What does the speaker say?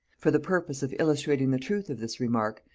for the purpose of illustrating the truth of this remark,